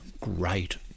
great